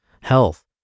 health